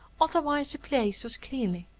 otherwise the place was cleanly,